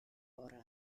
orau